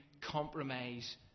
compromise